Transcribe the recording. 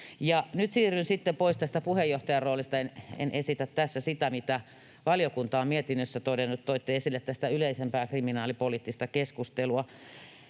nyt siirryn sitten pois tästä puheenjohtajan roolista. En esitä tässä sitä, mitä valiokunta on mietinnössä todennut. Toitte esille tästä yleisempää kriminaalipoliittista keskustelua.